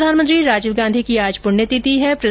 पूर्व प्रधानमंत्री राजीव गांधी की आज पुण्यतिथि हैं